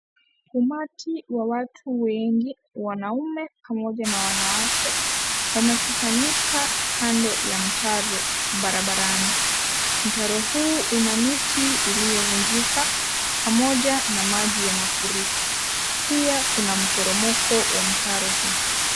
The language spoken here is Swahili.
Umati wa watu wengi wanaume pamoja na wanawake. Wamekusanyika kando ya mtaro barabarani. Mtaro huu una miti iliyovunjika pamoja na maji ya mafuriko. Pia kuna mporomoko wa mtaro huu.